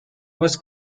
was